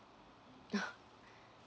uh